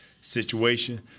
situation